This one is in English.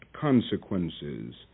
consequences